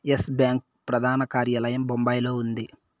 yes Bank ప్రధాన కార్యాలయం బొంబాయిలో ఉంది